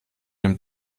dem